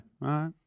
right